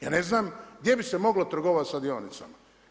Ja ne znam gdje bi se moglo trgovati sa dionicama.